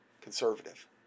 conservative